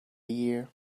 year